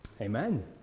Amen